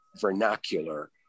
vernacular